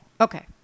Okay